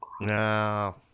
No